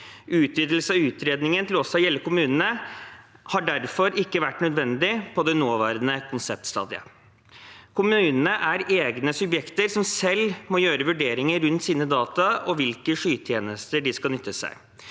Utvidelse av utredningen til også å gjelde kommunene har derfor ikke vært nødvendig på det nåværende konseptstadiet. Kommunene er egne subjekter som selv må gjøre vurderinger rundt sine data og hvilke skytjenester de skal nyttiggjøre seg.